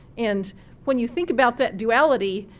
and when you think about that duality,